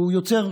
הוא יוצר,